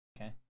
okay